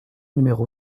numéro